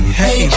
hey